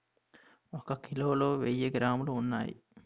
ఒక కిలోలో వెయ్యి గ్రాములు ఉన్నాయి